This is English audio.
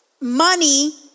money